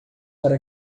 para